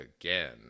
again